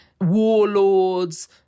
warlords